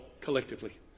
collectively